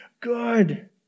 good